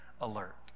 alert